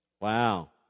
Wow